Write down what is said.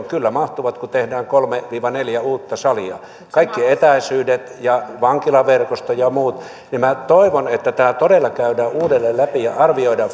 kyllä mahtuvat kun tehdään kolme viiva neljä uutta salia kaikki etäisyydet ja vankilaverkosto ja muut minä toivon että tämä todella käydään uudelleen läpi ja ja arvioidaan